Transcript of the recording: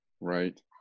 Right